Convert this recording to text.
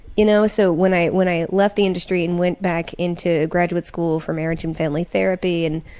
you know, so when i when i left the industry and went back into graduate school for marriage and family therapy and,